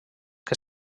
que